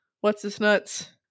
What's-This-Nuts